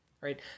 right